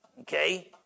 Okay